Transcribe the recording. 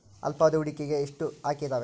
ಅಲ್ಪಾವಧಿ ಹೂಡಿಕೆಗೆ ಎಷ್ಟು ಆಯ್ಕೆ ಇದಾವೇ?